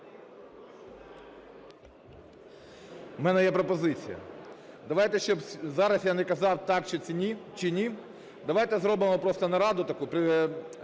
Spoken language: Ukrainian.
В мене є пропозиція. Давайте, щоб зараз я не казав так це чи ні, давайте зробимо просто нараду таку,